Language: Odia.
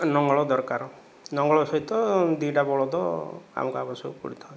ନଙ୍ଗଳ ଦରକାର ନଙ୍ଗଳ ସହିତ ଦୁଇଟା ବଳଦ ଆମକୁ ଆବଶ୍ୟକ ପଡ଼ିଥାଏ